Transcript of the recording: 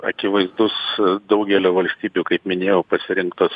akivaizdus daugelio valstybių kaip minėjau pasirinktos